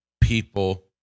people